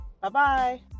Bye-bye